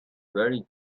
very